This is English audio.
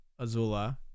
Azula